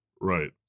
right